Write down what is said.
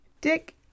Dick